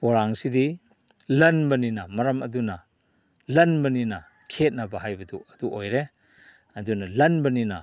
ꯄꯣꯂꯥꯡꯁꯤꯗꯤ ꯂꯟꯕꯅꯤꯅ ꯃꯔꯝ ꯑꯗꯨꯅ ꯂꯟꯕꯅꯤꯅ ꯈꯦꯠꯅꯕ ꯍꯥꯏꯕꯗꯨ ꯑꯗꯨ ꯑꯣꯏꯔꯦ ꯑꯗꯨꯅ ꯂꯟꯕꯅꯤꯅ